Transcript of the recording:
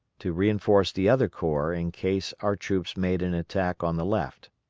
to reinforce the other corps in case our troops made an attack on the left.